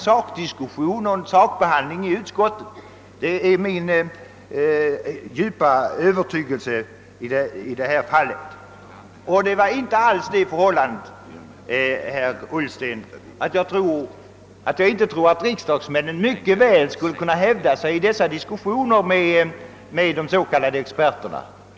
Sakdiskussionen och sakbehandlingen i utskotten kommer alltså inte att främjas — det är min fasta övertygelse. Det är inte alls så, herr Ullsten, att jag hyser någon annan uppfattning än att riksdagsmännen mycket väl skulle kunna hävda sig i diskussioner med de s.k. experterna.